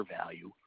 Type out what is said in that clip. value